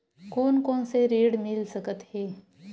कोन कोन से ऋण मिल सकत हे?